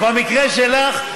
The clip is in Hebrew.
במקרה שלך,